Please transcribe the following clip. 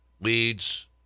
leads